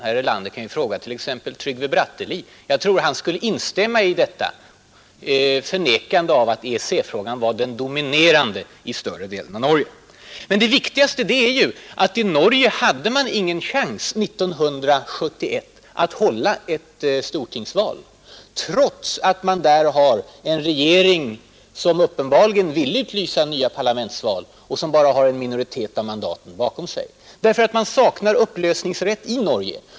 Herr Erlander kan ju fråga t.ex. Trygve Bratteli. Jag tror att han skulle förneka att EEC-frågan var den dominerande i större delen av Norge. Men det viktigaste är ju att i Norge hade man ingen chans 1971 att hålla ett stortingsval — trots att man där har en regering som uppenbarligen ville utlysa parlamentsval och som bara har en minoritet av mandaten bakom sig — på grund av att man i Norge saknar upplösningsrätt.